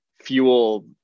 fuel